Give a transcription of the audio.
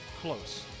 close